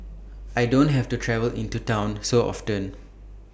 I don't have to travel into Town so often